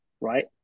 right